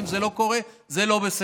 ואם זה לא קורה, זה לא בסדר.